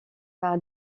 par